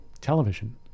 television